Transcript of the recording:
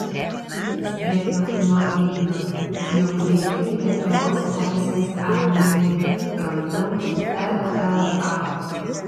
neslėpiau nuo igno jog veikiu lietuvos laisvės armijoje trumpiau lla